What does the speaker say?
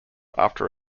after